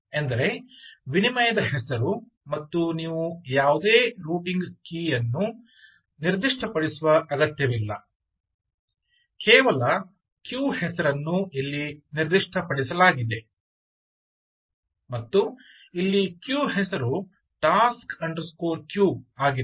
ಎಂದರೆ ವಿನಿಮಯದ ಹೆಸರು ಮತ್ತು ನೀವು ಯಾವುದೇ ರೂಟಿಂಗ್ ಕೀಲಿಯನ್ನು ನಿರ್ದಿಷ್ಟಪಡಿಸುವ ಅಗತ್ಯವಿಲ್ಲ ಕೇವಲ ಕ್ಯೂ ಹೆಸರನ್ನು ಇಲ್ಲಿ ನಿರ್ದಿಷ್ಟಪಡಿಸಲಾಗಿದೆ ಮತ್ತು ಇಲ್ಲಿ ಕ್ಯೂ ಹೆಸರು task underscore queue task queue ಆಗಿದೆ